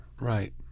Right